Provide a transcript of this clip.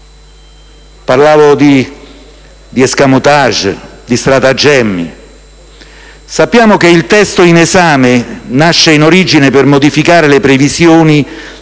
Parlavo di *escamotage*, di stratagemmi. Sappiamo che il testo in esame nasce in origine per modificare le previsioni